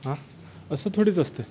हां असं थोडीच असतंय